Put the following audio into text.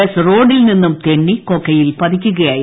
ബ്സ് റോഡിൽ നിന്നും തെന്നി കൊക്കയിൽ പതിക്കുക്യ്ായിരുന്നു